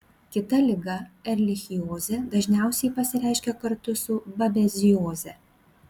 kita liga erlichiozė dažniausiai pasireiškia kartu su babezioze